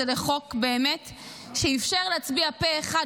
לחוק שבאמת אפשר להצביע עליו פה אחד,